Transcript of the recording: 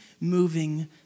moving